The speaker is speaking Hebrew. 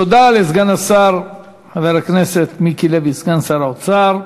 תודה לסגן השר, חבר הכנסת מיקי לוי, סגן שר האוצר.